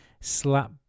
slap